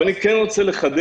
אבל אני כן רוצה לחדד,